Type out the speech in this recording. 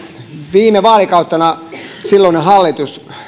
viime vaalikautena silloinen hallitus